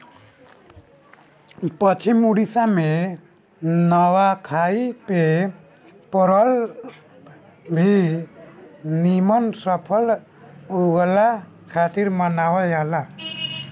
पश्चिम ओडिसा में नवाखाई के परब भी निमन फसल उगला खातिर मनावल जाला